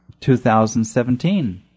2017